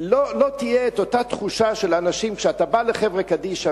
לא תהיה אותה תחושה של אנשים שכשאתה בא לחברה קדישא,